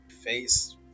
face